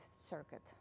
Circuit